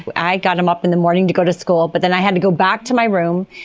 but i got him up in the morning to go to school, but then i had to go back to my room,